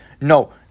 no